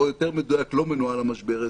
או יותר מדויק לא מנוהל המשבר הזה,